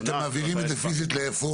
ואתם מעבירים את זה פיסית לאן?